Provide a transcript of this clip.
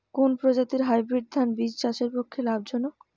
কোন প্রজাতীর হাইব্রিড ধান বীজ চাষের পক্ষে লাভজনক?